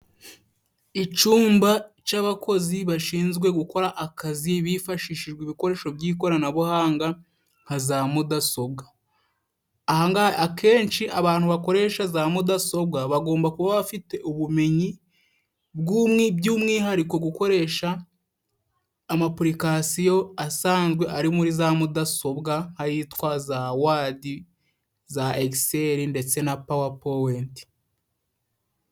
Icumba c'abakozi bashinzwe gukora akazi bifashishijwe ibikoresho by'ikoranabuhanga nka za mudasobwa, ahangaha, akenshi abantu bakoresha za mudasobwa bagomba kuba bafite ubumenyi by'umwihariko gukoresha amapurikasiyo asanzwe ari muri za mudasobwa nk'ayitwa za wadi, za ekiseri, ndetse na pawapowenti.